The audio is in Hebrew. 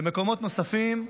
במקומות נוספים,